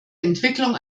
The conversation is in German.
entwicklung